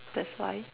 that's why